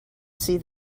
see